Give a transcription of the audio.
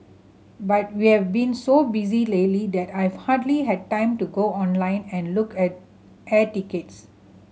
but we have been so busy lately that I've hardly had time to go online and look at air tickets